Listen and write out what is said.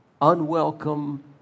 unwelcome